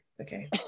okay